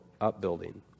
upbuilding